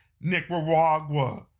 Nicaragua